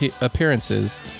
appearances